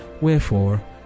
Wherefore